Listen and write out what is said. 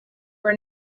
were